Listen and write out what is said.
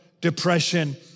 depression